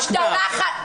משתלחת.